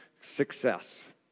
success